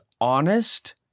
honest